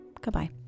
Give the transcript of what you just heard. Goodbye